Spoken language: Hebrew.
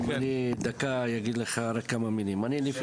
אני רק אגיד לך כמה מילים, דקה.